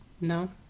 No